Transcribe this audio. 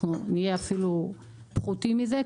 אנחנו נהיה אפילו פחותים מזה.